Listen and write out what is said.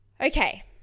Okay